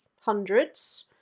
hundreds